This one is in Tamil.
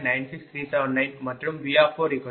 u V30